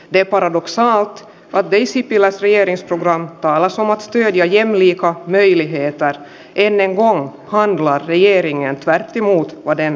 ja paradoksaal badri sipilä liedes program täällä somasti häviäjien liikaa meille että ennen oli hankala vierin ja kaikki muut veden